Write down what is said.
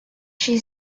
she